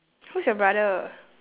who's your brother